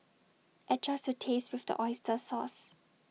adjust to taste with the Oyster sauce